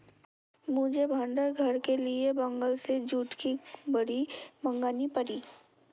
मुझे भंडार घर के लिए बंगाल से जूट की बोरी मंगानी पड़ी